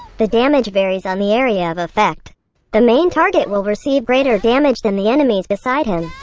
the damage varies on the area-of-effect. the main target will receive greater damage than the enemies beside him.